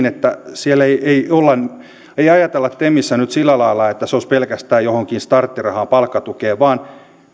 että siellä temissä ei ajatella nyt sillä lailla että se olisi pelkästään johonkin starttirahaan palkkatukeen vaan